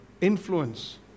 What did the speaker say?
Influence